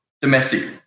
domestic